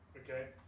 okay